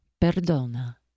perdona